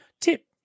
tip